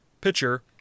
pitcher